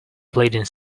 pleading